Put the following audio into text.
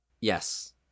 Yes